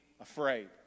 afraid